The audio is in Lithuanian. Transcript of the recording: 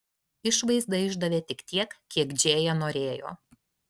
išvaizda išdavė tik tiek kiek džėja norėjo